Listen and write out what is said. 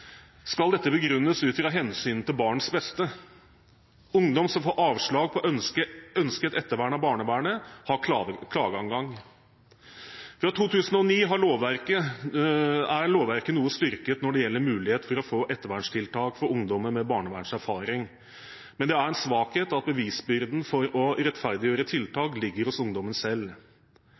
skal dette begrunnes ut fra hensynet til barnets beste. Ungdom som får avslag på ønsket ettervern av barnevernet, har klageadgang. Fra 2009 er lovverket noe styrket når det gjelder mulighet for å få ettervernstiltak for ungdommer med barnevernserfaring, men det er en svakhet at bevisbyrden for å rettferdiggjøre tiltak ligger hos ungdommene selv.